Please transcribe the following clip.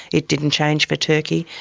it didn't change for turkey,